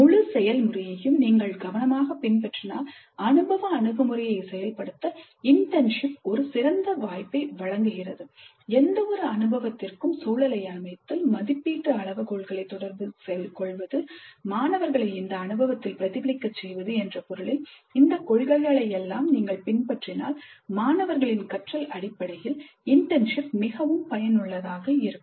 முழு செயல்முறையையும் நீங்கள் கவனமாகப் பின்பற்றினால் அனுபவ அணுகுமுறையை செயல்படுத்த இன்டர்ன்ஷிப் ஒரு சிறந்த வாய்ப்பை வழங்குகிறது எந்தவொரு அனுபவத்திற்கும் சூழலை அமைத்தல் மதிப்பீட்டு அளவுகோல்களைத் தொடர்புகொள்வது மாணவர்களை அந்த அனுபவத்தில் பிரதிபலிக்கச் செய்வது என்ற பொருளில் இந்த கொள்கைகளையெல்லாம் நீங்கள் பின்பற்றினால் மாணவர்களின் கற்றல் அடிப்படையில் இன்டர்ன்ஷிப் மிகவும் பயனுள்ளதாக இருக்கும்